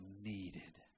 needed